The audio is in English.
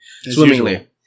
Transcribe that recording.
Swimmingly